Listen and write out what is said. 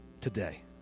today